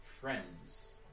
friends